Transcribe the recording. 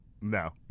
No